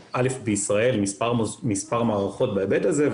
בישראל יש מספר מערכות בהיבט הזה,